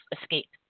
escape